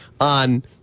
on